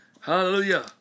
Hallelujah